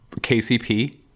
KCP